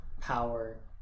power